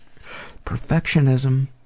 Perfectionism